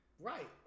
Right